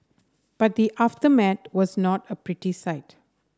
but the aftermath was not a pretty sight